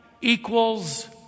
equals